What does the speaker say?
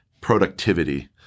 productivity